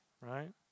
right